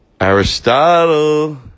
Aristotle